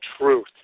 truth